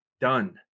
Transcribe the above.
done